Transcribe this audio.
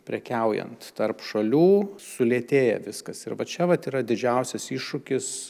prekiaujant tarp šalių sulėtėja viskas ir va čia vat yra didžiausias iššūkis